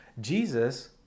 Jesus